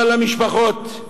אבל למשפחות,